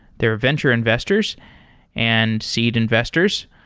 they are venture investors and seed investors.